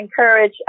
encourage